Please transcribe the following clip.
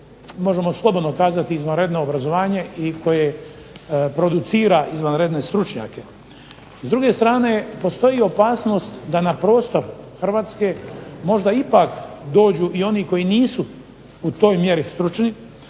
možemo slobodno kazati izvanredno obrazovanje i koje producira izvanredne stručnjake. S druge strane postoji opasnost da na prostor Hrvatske možda ipak dođu i oni koji nisu u toj mjeri stručni,